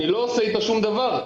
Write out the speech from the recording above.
אני לא עושה איתו שום דבר,